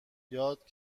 یاد